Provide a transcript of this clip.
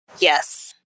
Yes